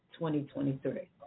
2023